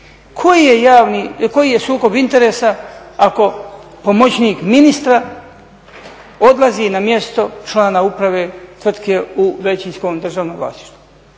Koji je sukob interesa ako pomoćnik ministra odlazi na mjesto člana uprave tvrtke u većinskom državnom vlasništvu?